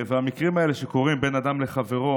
המקרים האלה שקורים בין אדם לחברו